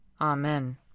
Amen